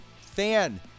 fan